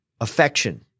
affection